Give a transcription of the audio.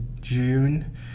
June